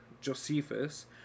Josephus